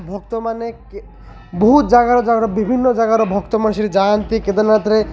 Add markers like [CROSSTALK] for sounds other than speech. ଭକ୍ତମାନେ କେ ବହୁତ ଜାଗାର [UNINTELLIGIBLE] ବିଭିନ୍ନ ଜାଗାର ଭକ୍ତମାନେ ସେଠି ଯାଆନ୍ତି କେଦାରନାଥରେ